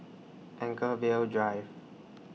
Anchorvale Drive